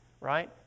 right